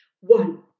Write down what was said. One